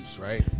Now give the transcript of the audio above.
right